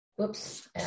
Whoops